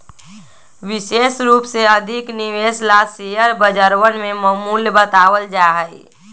विशेष रूप से अधिक निवेश ला शेयर बजरवन में मूल्य बतावल जा हई